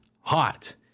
hot